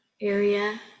area